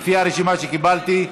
ולפי הרשימה שקיבלתי,